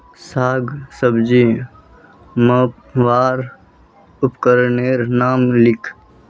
साग सब्जी मपवार उपकरनेर नाम लिख?